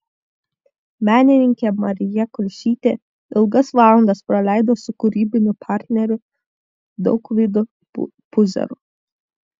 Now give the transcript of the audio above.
menininkė marija kulšytė ilgas valandas praleido su kūrybiniu partneriu daugvydu puzeru